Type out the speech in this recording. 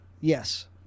Yes